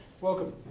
welcome